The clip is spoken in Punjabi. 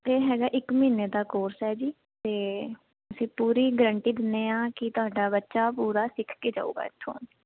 ਇਹ ਹੈਗਾ ਇੱਕ ਮਹੀਨੇ ਦਾ ਕੋਰਸ ਹੈ ਜੀ ਤੇ ਅਸੀਂ ਪੂਰੀ ਗਰੰਟੀ ਦਿੰਨੇ ਆ ਕਿ ਤੁਹਾਡਾ ਬੱਚਾ ਪੂਰਾ ਸਿੱਖ ਕੇ ਜਾਊਗਾ ਇਥੋਂ